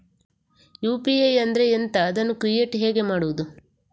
UPI ಅಂದ್ರೆ ಎಂಥ? ಅದನ್ನು ಕ್ರಿಯೇಟ್ ಹೇಗೆ ಮಾಡುವುದು?